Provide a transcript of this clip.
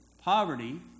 poverty